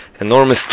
enormous